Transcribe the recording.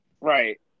right